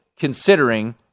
considering